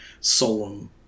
solemn